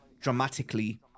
dramatically